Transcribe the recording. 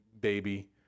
baby